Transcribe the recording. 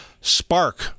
Spark